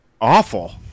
awful